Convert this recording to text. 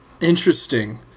Interesting